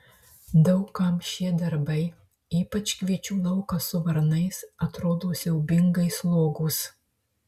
daug kam šie darbai ypač kviečių laukas su varnais atrodo siaubingai slogūs